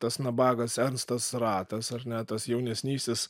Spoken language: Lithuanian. tas nabagas ernstas ratas ar ne tas jaunesnysis